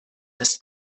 das